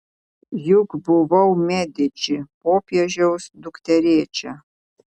juk buvau mediči popiežiaus dukterėčia